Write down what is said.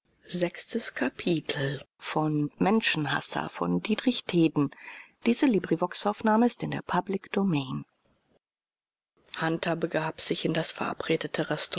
hunter begab sich in das verabredete